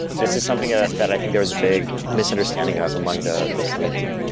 this is something ah that i think there was a big misunderstanding of among the community.